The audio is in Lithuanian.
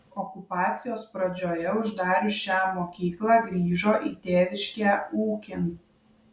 okupacijos pradžioje uždarius šią mokyklą grįžo į tėviškę ūkin